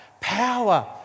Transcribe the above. Power